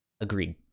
Agreed